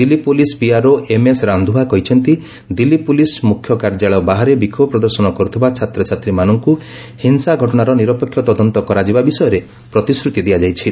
Delhi police PRO MS Randhawa କହିଛନ୍ତି Delhi police ମୁଖ୍ୟ କାର୍ଯ୍ୟାଳୟ ବାହାରେ ବିକ୍ଷୋଭ ପ୍ରଦର୍ଶନ କରୁଥିବା ଛାତ୍ରଛାତ୍ରୀମାନଙ୍କୁ ହିଂସା ଘଟଣାର ନିରପେକ୍ଷ ତଦନ୍ତ କରାଯିବା ବିଷୟରେ ପ୍ରତିଶ୍ରତି ଦିଆଯାଇଛି